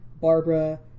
Barbara